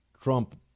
Trump